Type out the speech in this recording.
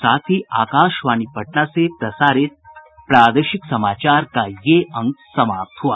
इसके साथ ही आकाशवाणी पटना से प्रसारित प्रादेशिक समाचार का ये अंक समाप्त हुआ